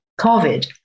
COVID